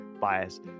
bias